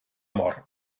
mor